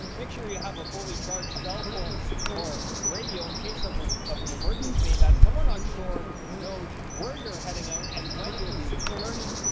make sure you have a fully charged cell phone or radio in case of ah of an emergency, and that someone on shore knows where you're heading out and when you'll be returning.